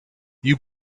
you